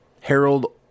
Harold